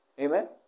Amen